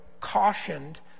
cautioned